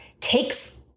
takes